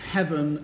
Heaven